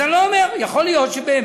אז אני לא אומר, יכול להיות שבאמת